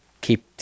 keep